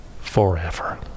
forever